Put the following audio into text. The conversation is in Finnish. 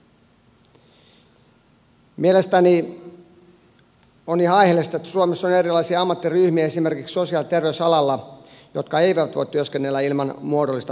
mielestäni on ihan aiheellista että suomessa on esimerkiksi sosiaali ja terveysalalla erilaisia ammattiryhmiä jotka eivät voi työskennellä ilman muodollista pätevyyttä